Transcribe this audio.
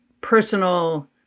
personal